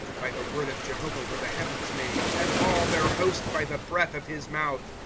by the word of jehovah were the heavens made, and all their host by the breath of his mouth.